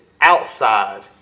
outside